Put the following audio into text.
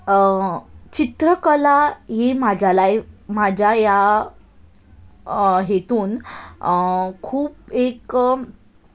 चित्रकला ही म्हज्या लायफ म्हज्या ह्या हेतून खूब एक